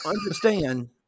understand